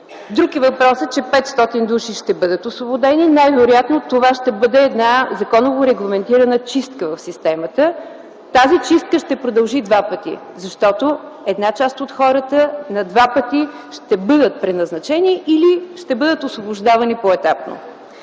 Друг е въпросът, че 500 души ще бъдат освободени. Най-вероятно това ще бъде една законово регламентирана чистка в системата, която ще продължи два пъти, защото една част от хората на два пъти ще бъдат преназначени или ще бъдат освобождавани поетапно.